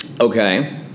Okay